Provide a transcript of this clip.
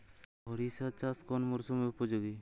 সরিষা চাষ কোন মরশুমে উপযোগী?